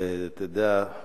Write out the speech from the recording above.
ואתה יודע,